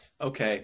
Okay